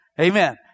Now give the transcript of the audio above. Amen